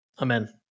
Amen